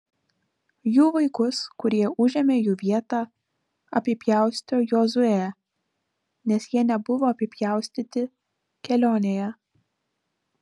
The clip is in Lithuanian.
jų vaikus kurie užėmė jų vietą apipjaustė jozuė nes jie nebuvo apipjaustyti kelionėje